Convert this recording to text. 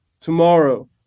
tomorrow